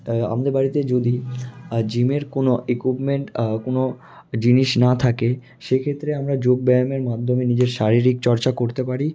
তা আমাদের বাড়িতে যদি জিমের কোনো ইক্যুইপমেন্ট কোনো জিনিস না থাকে সেক্ষেত্রে আমরা যোগব্যায়ামের মাদ্যমে নিজের শারীরিক চর্চা করতে পারি